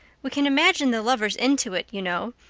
we can't imagine the lovers into it, you know.